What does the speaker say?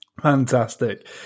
Fantastic